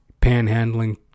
panhandling